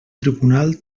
tribunal